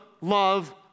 love